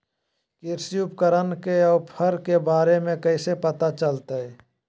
कृषि उपकरण के ऑफर के बारे में कैसे पता चलतय?